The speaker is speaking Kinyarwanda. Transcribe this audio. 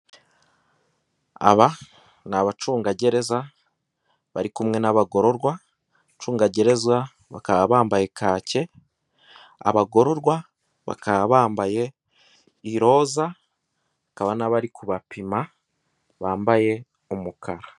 Aba ni abacungagereza bari kumwe n'abagororwa, abacungagereza bakaba bambaye kake, abagororwa bakaba bambaye iroza, hakaba n'abari kubapima bambaye umukara.